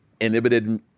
inhibited